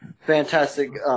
fantastic –